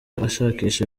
ashakisha